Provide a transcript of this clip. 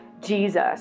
Jesus